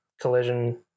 collision